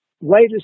latest